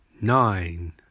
nine